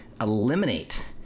eliminate